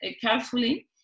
carefully